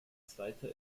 zweiter